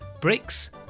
bricks